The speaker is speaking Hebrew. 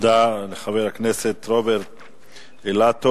תודה לחבר הכנסת רוברט אילטוב.